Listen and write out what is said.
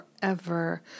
forever